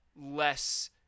less